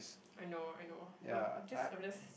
I know I know uh I'm just I'm just